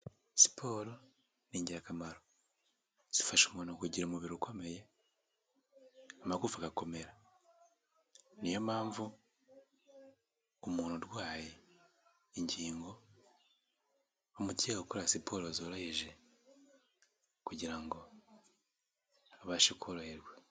Siporo ni ingirakamaro, zifasha umuntu kugira umubiri ukomeye amagufa agakomera, niyo mpamvu umuntu urwaye ingingo, bamutegeka gukora siporo zoroheje kugira ngo abashe koroherwa.